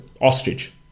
ostrich